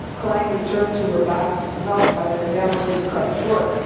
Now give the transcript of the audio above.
klein returned to her boxes of notes on an analysis cut short,